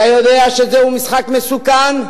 אתה יודע שזהו משחק מסוכן,